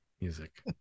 music